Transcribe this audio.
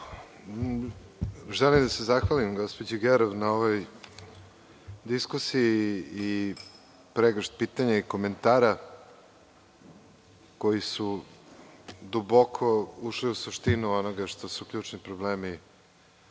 Želim da se zahvalim gospođi Gerov na ovoj diskusiji i pregršt pitanja i komentara koji su duboko ušli u suštinu onoga što su ključni problemi